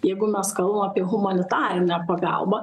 jeigu mes kalbam apie humanitarinę pagalbą